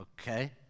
okay